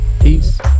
Peace